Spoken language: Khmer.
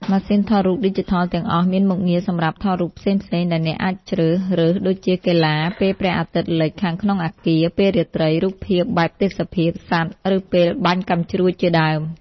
ម៉ាស៊ីនថតរូបឌីជីថលទាំងអស់មានមុខងារសម្រាប់ថតរូបផ្សេងៗ ដែលអ្នកអាចជ្រើស រើសដូចជា កីឡា ពេលព្រះអាទិត្យលិច ខាងក្នុងអគារ ពេលរាត្រី រូបភាពបែបទេសភាព សត្វ ឬពេលបាញ់កាំជ្រួចជាដើម។